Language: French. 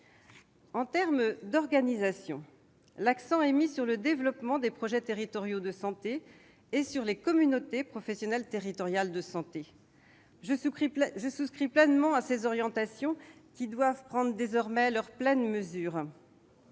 En termes d'organisation, l'accent est mis sur le développement des projets territoriaux de santé et des communautés professionnelles territoriales de santé. Je souscris à ces orientations, qui doivent prendre désormais leur pleine mesure.